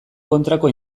kontrako